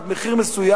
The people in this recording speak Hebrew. עד מחיר מסוים,